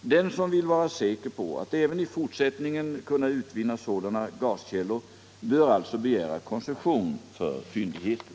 Den som vill vara säker på att även i fortsättningen kunna utvinna sådana gaskällor bör alltså begära koncession för fyndigheten.